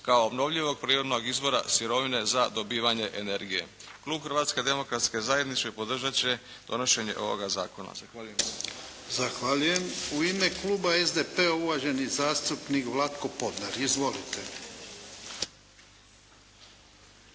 kao obnovljivog prirodnog izvora sirovine za dobivanje energije. Klub Hrvatske demokratske zajednice podržati će donošenje ovoga zakona. Zahvaljujem se. **Jarnjak, Ivan (HDZ)** Zahvaljujem. U ime kluba SDP-a, uvaženi zastupnik Vlatko Podnar. Izvolite.